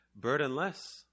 burdenless